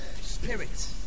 spirit